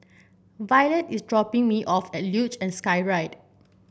Violette is dropping me off at Luge and Skyride